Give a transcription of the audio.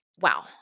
Wow